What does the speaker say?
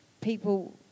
People